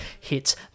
Hits